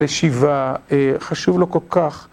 בישיבה, חשוב לו כל כך